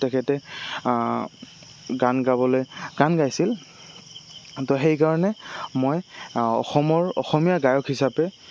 তেখেতে গান গাবলে গান গাইছিল তো সেইকাৰণে মই অসমৰ অসমীয়া গায়ক হিচাপে